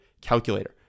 calculator